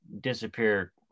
disappear